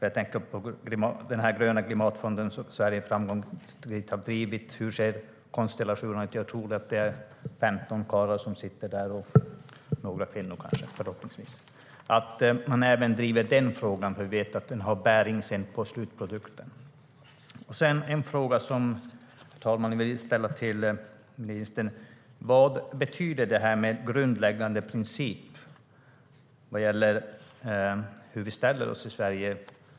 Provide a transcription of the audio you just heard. Jag tänker på Gröna klimatfonden, som Sverige framgångsrikt har drivit: Hur ser konstellationen ut där? Jag tror att det sitter 15 karlar där, och förhoppningsvis några kvinnor. Man bör även driva den frågan, för vi vet att den har bäring på slutprodukten. Sedan, herr talman, vill jag ställa frågan till ministern: Vad betyder "grundläggande princip" vad gäller hur vi i Sverige ställer oss?